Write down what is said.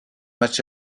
match